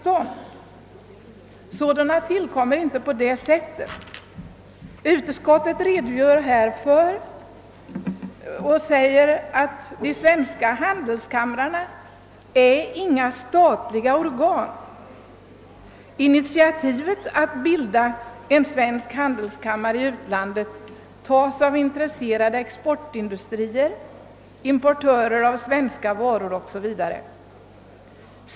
Handelskamrar tillkommer inte på det sättet, vilket utskottet också har redogjort för. De svenska handelskamrarna är inga statliga organ. Initiativet till att bilda en svensk handelskammare i utlandet tas av intresserade exportindustrier och importörer.